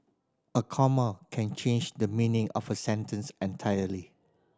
a comma can change the meaning of a sentence entirely